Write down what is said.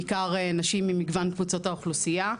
בעיקר נשים ממגוון קבוצות האוכלוסייה,